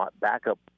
backup